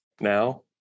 now